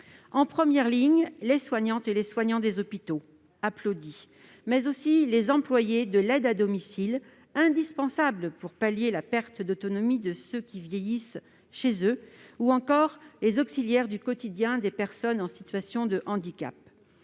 En première ligne se trouvent les soignantes et les soignants des hôpitaux, applaudis, mais aussi les employés de l'aide à domicile, indispensables pour pallier la perte d'autonomie de ceux qui vieillissent chez eux, ou encore les auxiliaires du quotidien des personnes en situation de handicap.